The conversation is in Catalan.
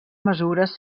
mesures